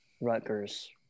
Rutgers